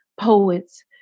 poets